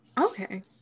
okay